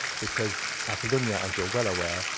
because catalunia, as you are well aware,